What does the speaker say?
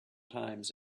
times